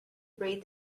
breed